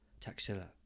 Taxila